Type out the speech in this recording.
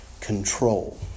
control